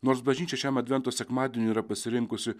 nors bažnyčia šiam advento sekmadieniui yra pasirinkusi